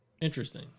Interesting